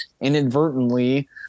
inadvertently